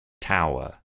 tower